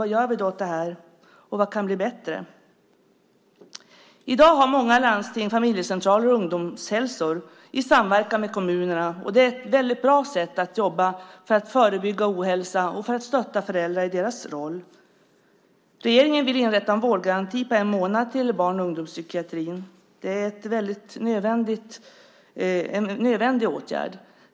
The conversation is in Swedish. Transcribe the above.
Vad gör vi då åt det här, och vad kan bli bättre? I dag har många landsting familjecentraler och ungdomshälsor i samverkan med kommunerna. Det är ett väldigt bra sätt jobba för att förebygga ohälsa och för att stötta föräldrar i deras roll. Regeringen vill inrätta en vårdgaranti på en månad till barn och ungdomspsykiatrin. Det är en nödvändig åtgärd.